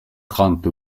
trente